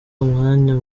umwanya